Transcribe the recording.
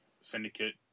Syndicate